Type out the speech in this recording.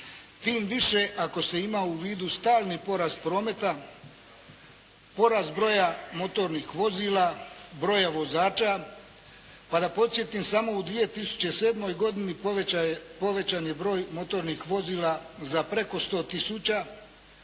Tim više ako se ima u vidu stalni porast prometa, porast broja motornih vozila, broja vozača. Pa da podsjetim samo u 2007. godini povećan je broj motornih vozila za preko 100